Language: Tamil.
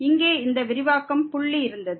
இங்கே இந்த விரிவாக்கம் புள்ளி இருந்தது